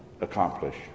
accomplish